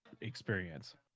experience